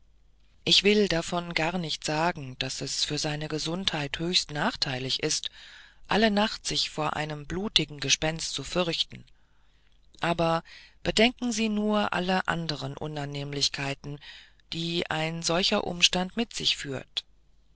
ich will davon gar nicht sagen daß es für seine gesundheit höchst nachteilig ist alle nacht sich vor einem blutigen gespenst zu fürchten aber bedenken sie nur alle andern unannehmlichkeiten die ein solcher umstand mit sich führt